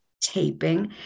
taping